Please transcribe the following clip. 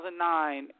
2009